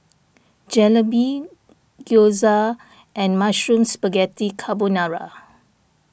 Jalebi Gyoza and Mushroom Spaghetti Carbonara